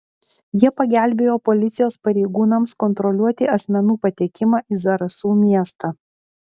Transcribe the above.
jie pagelbėjo policijos pareigūnams kontroliuoti asmenų patekimą į zarasų miestą